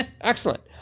Excellent